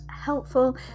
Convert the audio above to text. helpful